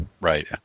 Right